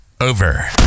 over